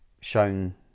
shown